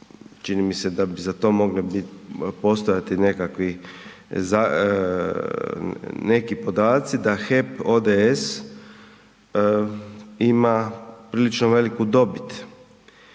čini mi se da bi za to mogli postojati neki podaci da HEP ODS ima prilično veliku dobit,